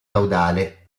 caudale